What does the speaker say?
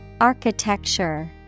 Architecture